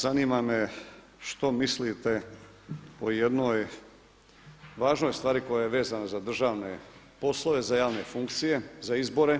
Zanima me što mislite o jednoj važnoj stvari koja je vezana za državne poslove, za javne funkcije, za izbore,